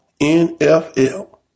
NFL